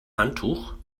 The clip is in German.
handtuch